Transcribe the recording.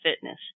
fitness